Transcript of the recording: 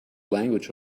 language